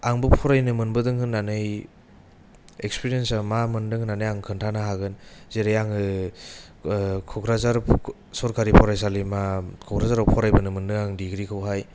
आंबो फरायनो मोनबोदों होननानै इक्सफेरियानस मा मोनदों होननानै आं खोनथानो हागोन जेरै आङो क'क्राझार सरकारि फरायसालिमा क'क्राझाराव फरायबोनो मोनदों आं डिग्रिखौहाय